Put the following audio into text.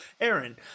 Aaron